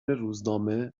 روزنامه